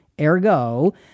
Ergo